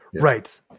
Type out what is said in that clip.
Right